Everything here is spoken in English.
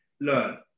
learn